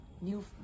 new